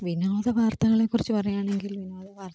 വിനോദവാർത്തകളെക്കുറിച്ച് പറയാണെങ്കിൽ വിനോദവാർത്ത നമുക്ക്